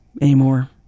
anymore